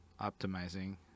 optimizing